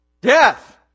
Death